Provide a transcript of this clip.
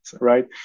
Right